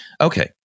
Okay